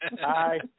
Hi